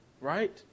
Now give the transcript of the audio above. right